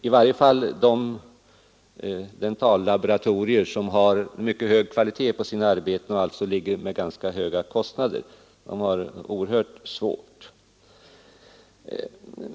I varje fall de dentallaboratorier som har mycket hög kvalitet på sina arbeten och alltså ligger med ganska höga kostnader har det oerhört svårt.